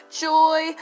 joy